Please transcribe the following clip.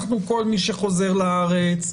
כל מי שחוזר לארץ,